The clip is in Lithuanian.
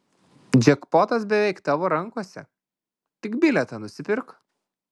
džekpotas beveik tavo rankose tik bilietą nusipirk